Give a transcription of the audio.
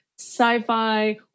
Sci-fi